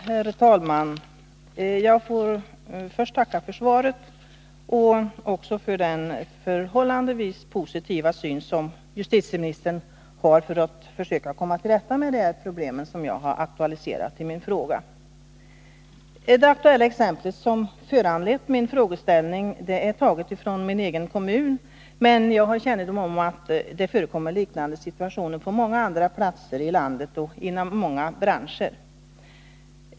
Herr talman! Jag får först tacka för svaret, men också för den förhållandevis positiva syn som justitieministern har när det gäller att försöka komma till rätta med de problem som jag aktualiserat i min fråga. Det aktuella exempel som föranlett min frågeställning är taget från min egen kommun, men jag har kännedom om att det förekommer liknande situationer på många andra platser i landet och inom många branscher.